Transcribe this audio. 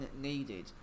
needed